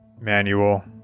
manual